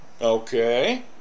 Okay